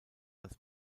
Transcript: das